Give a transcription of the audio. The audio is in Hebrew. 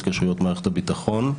התקשרויות מערכת הביטחון,